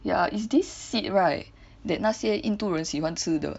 ya is this seed right that 那些印度人喜欢吃的